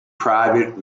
private